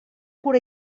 cura